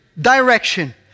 direction